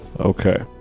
Okay